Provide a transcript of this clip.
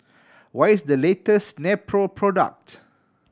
what is the latest Nepro product